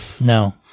No